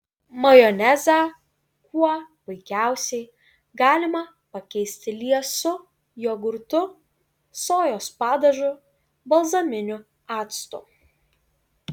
majonezą kuo puikiausiai galima pakeisti liesu jogurtu sojos padažu balzaminiu actu